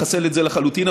לחסל את זה לחלוטין,